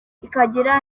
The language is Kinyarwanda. ikagira